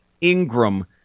Ingram